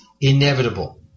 inevitable